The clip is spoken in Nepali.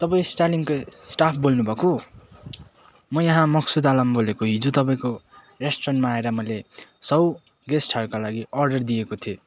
तपाईँ स्टानिङको स्टाफ बोल्नु भएको म यहाँ मक्सुद आलाम बोलेको हिजो तपाईँको रेस्टुरेन्टमा आएर मैले सय गेस्टहरूको लागि अर्डर दिएको थिएँ